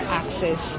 access